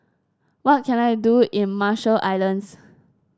what can I do in Marshall Islands